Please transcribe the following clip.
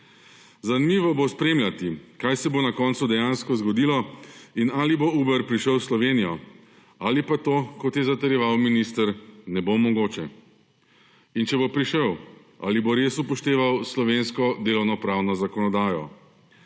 Zanimivo bo spremljati, kaj se bo na koncu dejansko zgodilo in ali bo Uber prišel v Slovenijo ali pa to, kot je zatrjeval minister, ne bo mogoče. In če bo prišel, ali bo res upošteval slovensko delovnopravno zakonodajo?